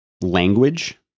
language